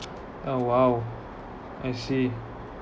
oh !wow! I see